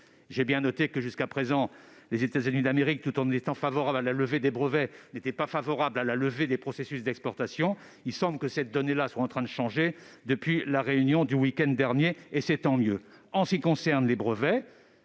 J'ai bien noté que, jusqu'à présent, les États-Unis d'Amérique, tout en étant favorables à la levée des brevets, ne l'étaient pas à celle des processus d'exportation. Il semble que cette donnée soit en train de changer depuis la réunion du week-end dernier, et c'est tant mieux. En ce qui concerne les brevets,